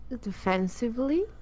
Defensively